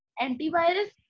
antivirus